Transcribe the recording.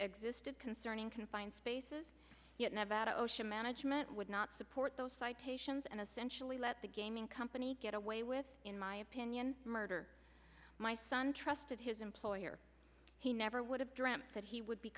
existed concerning confined spaces yet never had osha management would not support those citations and essentially let the gaming company get away with in my opinion murder my son trusted his employer he never would have dreamt that he would be